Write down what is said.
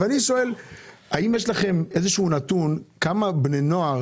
אני שואל האם יש לכם איזשהו נתון כמה בני נוער